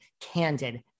candid